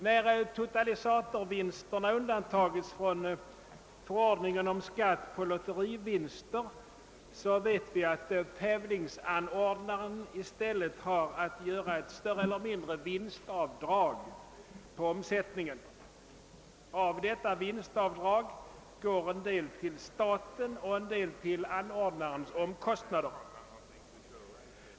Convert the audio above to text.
När totalisatorvinsterna undantagits från förordningen om skatt på lotterivinster vet vi, att tävlingsanordnaren i stället har att göra ett större eller mindre vinstavdrag på omsättningen. Av detta vinstavdrag går en del till staten och en del till anordnarens omkostnader.